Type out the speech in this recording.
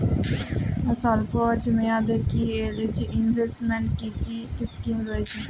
স্বল্পমেয়াদে এ ইনভেস্টমেন্ট কি কী স্কীম রয়েছে?